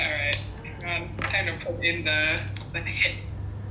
alright err time to put in the the headphone ah